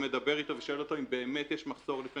ומדבר איתו ושואל אם באמת יש מחסור לפני